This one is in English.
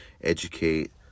educate